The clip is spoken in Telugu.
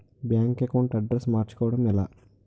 బ్యాంక్ అకౌంట్ అడ్రెస్ మార్చుకోవడం ఎలా?